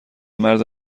مرد